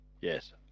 yes